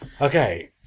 Okay